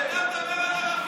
אתה מדבר על ערכים,